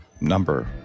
number